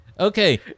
Okay